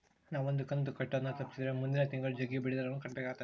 ನಾವು ಒಂದು ಕಂತು ಕಟ್ಟುದನ್ನ ತಪ್ಪಿಸಿದ್ರೆ ಮುಂದಿನ ತಿಂಗಳು ಜಗ್ಗಿ ಬಡ್ಡಿದರವನ್ನ ಕಟ್ಟಬೇಕಾತತೆ